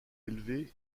élevé